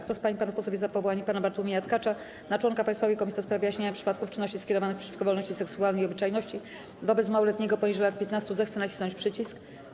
Kto z pań i panów posłów jest za powołaniem pana Bartłomieja Tkacza na członka Państwowej Komisji do spraw wyjaśniania przypadków czynności skierowanych przeciwko wolności seksualnej i obyczajności wobec małoletniego poniżej lat 15, zechce nacisnąć przycisk.